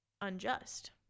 unjust